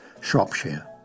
Shropshire